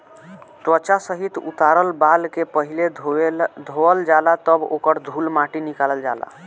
त्वचा सहित उतारल बाल के पहिले धोवल जाला तब ओकर धूल माटी निकालल जाला